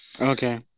Okay